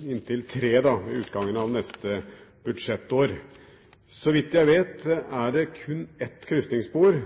inntil tre ved utgangen av neste budsjettår. Så vidt jeg vet, er